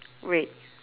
red